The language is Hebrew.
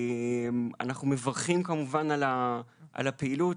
אנחנו מברכים כמובן על הפעילות,